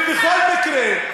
ובכל מקרה,